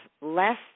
less